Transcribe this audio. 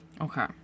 Okay